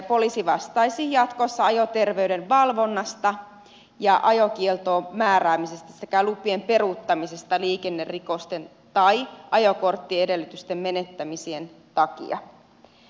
poliisi vastaisi jatkossa ajoterveyden valvonnasta ja ajokieltoon määräämisestä sekä lupien peruuttamisesta liikennerikosten tai ajokorttiedellytysten menettämisten takia